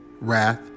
wrath